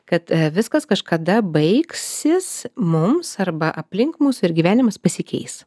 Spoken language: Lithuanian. kad viskas kažkada baigsis mums arba aplink mus ir gyvenimas pasikeis